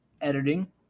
editing